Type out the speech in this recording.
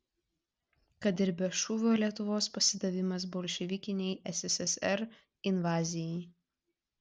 kad ir be šūvio lietuvos pasidavimas bolševikinei sssr invazijai